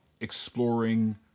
exploring